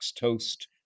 toast